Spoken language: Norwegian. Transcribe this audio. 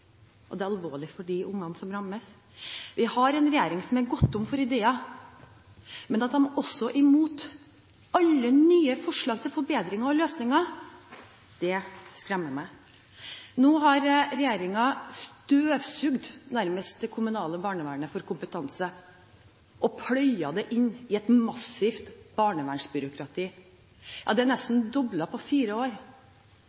Det er alvorlig for de ungene som rammes. Vi har en regjering som har gått tom for ideer. Men at de også er imot alle nye forslag til forbedringer og løsninger, det skremmer meg. Nå har regjeringen nærmest støvsugd det kommunale barnevernet for kompetanse og pløyd den inn i et massivt barnevernsbyråkrati. Det er